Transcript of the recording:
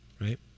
right